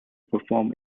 perform